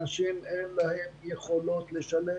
לאנשים אין יכולת לשלם.